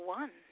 one